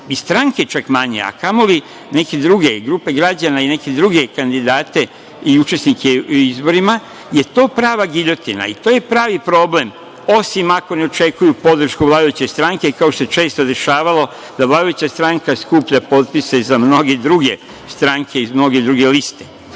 i stranke manje a kamoli neke druge, grupe građana i neke druge kandidate i učesnike u izborima, je to prava giljotina i to je pravi problem, osim ako ne očekuju podršku vladajuće stranke, kao što se često dešavalo da vladajuća stranka skuplja potpise za mnoge druge stranke i za mnoge druge liste,